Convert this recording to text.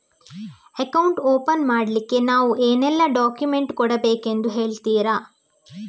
Account open ಮಾಡ್ಲಿಕ್ಕೆ ನಾವು ಏನೆಲ್ಲ ಡಾಕ್ಯುಮೆಂಟ್ ಕೊಡಬೇಕೆಂದು ಹೇಳ್ತಿರಾ?